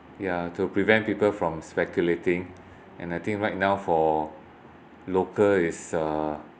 yeah to prevent people from speculating and i think right now for local is uh